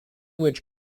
which